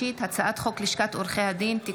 הצעת חוק סדר הדין הפלילי (סמכויות אכיפה,